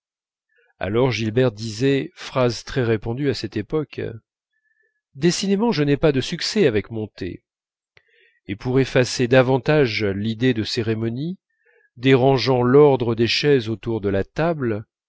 alors gilberte disait phrase très répandue à cette époque décidément je n'ai pas de succès avec mon thé et pour effacer davantage l'idée de cérémonie dérangeant l'ordre des chaises autour de la table